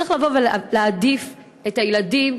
צריך להעדיף את הילדים,